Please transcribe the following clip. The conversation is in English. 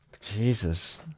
Jesus